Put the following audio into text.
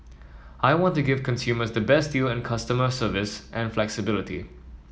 I want to give consumers the best deal and customer service and flexibility